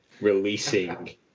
releasing